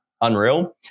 unreal